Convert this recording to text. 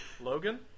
logan